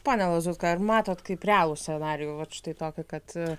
pone lazutka ar matot kaip realų scenarijų vat štai tokį kad